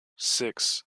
six